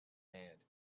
hand